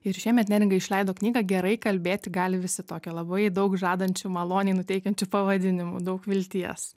ir šiemet neringa išleido knygą gerai kalbėti gali visi tokiu labai daug žadančiu maloniai nuteikiančiu pavadinimu daug vilties